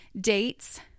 dates